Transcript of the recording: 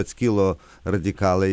atskilo radikalai